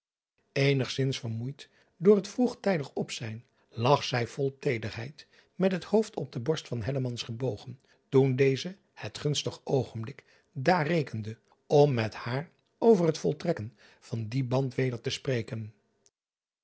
enigzins vermoeid door het vroegtijdig opzijn lag zij vol teederheid met het hoofd op de borst van gebogen toen deze het gunstig oogenblik daar rekende om met haar over het voltrekken van dien band weder te spreken